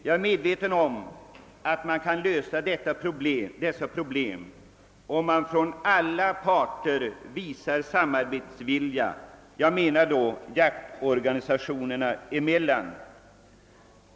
Jag är medveten om att man kan lösa dessa pro blem om alla parter — jag menar då jaktorganisationerna «sinsemellan — visar god samarbetsvilia.